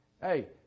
Hey